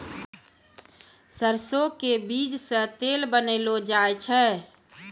सरसों के बीज सॅ तेल बनैलो जाय छै